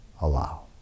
allow